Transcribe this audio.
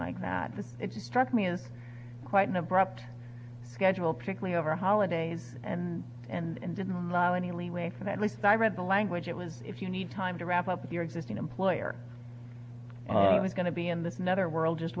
like that but it struck me as quite an abrupt schedule particularly over holidays and and didn't love any leeway for that least i read the language it was if you need time to wrap up your existing employer i was going to be in this netherworld just